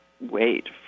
wait